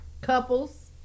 Couples